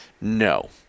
No